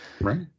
right